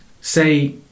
say